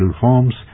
forms